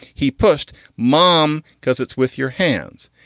he pushed mom because it's with your hands.